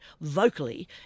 vocally